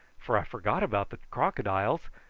for i forgot about the crocodiles,